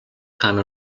time